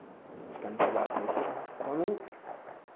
इसका नतीजा आप देख ही रहे हैं तो हमें